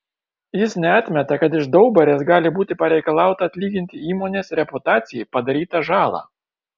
jis neatmeta kad iš daubarės gali būti pareikalauta atlyginti įmonės reputacijai padarytą žalą